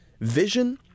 vision